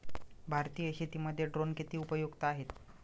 भारतीय शेतीमध्ये ड्रोन किती उपयुक्त आहेत?